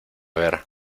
ver